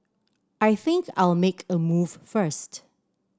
I think I'll make a move first